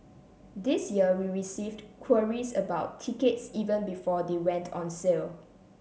this year we received queries about tickets even before they went on sale